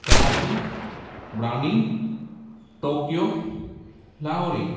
Karachi biryani Tokyo Lahori